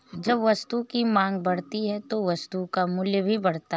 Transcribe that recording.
जब वस्तु की मांग बढ़ती है तो वस्तु का मूल्य भी बढ़ता है